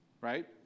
right